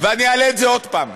ואני אעלה את זה עוד פעם.